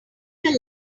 had